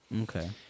Okay